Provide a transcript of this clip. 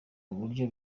uburyo